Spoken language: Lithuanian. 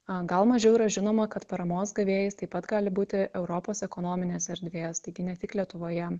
a gal mažiau yra žinoma kad paramos gavėjais taip pat gali būti europos ekonominės erdvės taigi ne tik lietuvoje